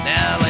Now